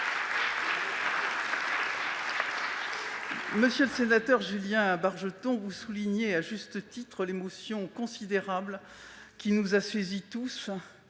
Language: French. Monsieur le sénateur Bargeton, vous soulignez à juste titre l'émotion considérable qui nous a tous